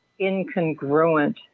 incongruent